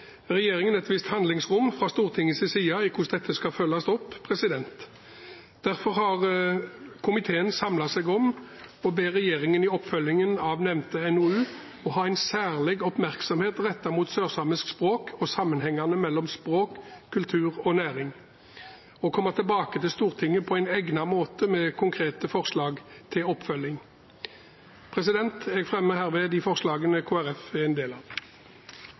regjeringen et visst handlingsrom når det gjelder hvordan dette skal følges opp. Derfor har komiteen samlet seg om å be regjeringen i oppfølgingen av nevnte NOU ha en «særlig oppmerksomhet rettet mot sørsamisk språk og sammenhengene mellom språk, kultur og næring, og komme tilbake til Stortinget på en egnet måte med konkrete forslag til oppfølging». På vegne av Kristelig Folkeparti anbefaler jeg herved komiteens innstilling. På flere områder er komiteen enig i at sørsamisk språk og kultur må ivaretas. En